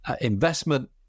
investment